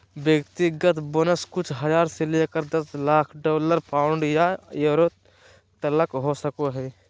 व्यक्तिगत बोनस कुछ हज़ार से लेकर दस लाख डॉलर, पाउंड या यूरो तलक हो सको हइ